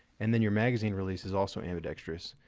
and then your magazine release is also ambidextrous.